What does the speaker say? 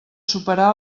superar